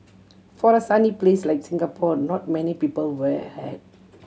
for a sunny place like Singapore not many people wear a hat